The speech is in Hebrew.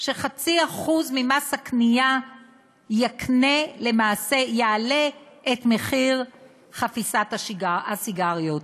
של 0.5% ממס הקנייה שיעלה את מחיר חפיסת הסיגריות.